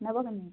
ନେବନି କି